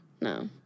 No